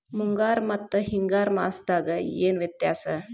ಮುಂಗಾರು ಮತ್ತ ಹಿಂಗಾರು ಮಾಸದಾಗ ಏನ್ ವ್ಯತ್ಯಾಸ?